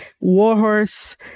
warhorse